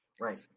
Right